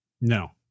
No